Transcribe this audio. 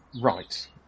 Right